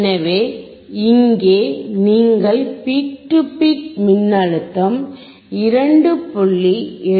எனவே இங்கே நீங்கள் பீக் டு பீக் மின்னழுத்தம் 2